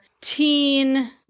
teen